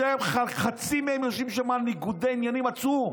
שהם, חצי מהם, יושבים שם בניגוד עניינים עצום,